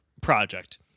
project